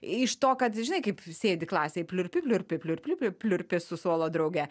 iš to kad žinai kaip sėdi klasėj pliurpi pliurpi pliurpi pliurpi su suolo drauge